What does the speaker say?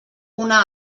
una